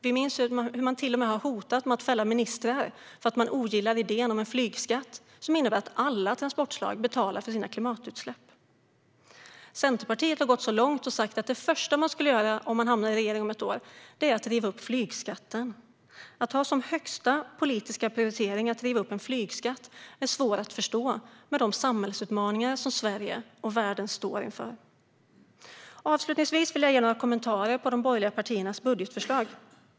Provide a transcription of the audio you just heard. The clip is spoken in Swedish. Vi minns att man till och med har hotat med att fälla ministrar för att man ogillar idén om en flygskatt som innebär att alla transportslag betalar för sina klimatutsläpp. Centerpartiet har gått så långt att man sagt att det första man skulle göra om man hamnar i en regering om ett år är att riva upp flygskatten. Att ha som högsta politiska prioritering att riva upp en flygskatt är svårt att förstå, med tanke på de samhällsutmaningar som Sverige och världen står inför. Avslutningsvis vill jag ge några kommentarer till de borgerliga partiernas budgetförslag.